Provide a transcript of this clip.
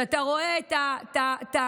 שאתה רואה את המצוקה